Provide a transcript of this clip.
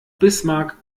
bismarck